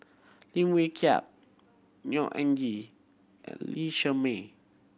Lim Wee Kiak Neo Anngee and Lee Shermay